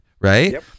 right